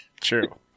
True